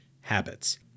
habits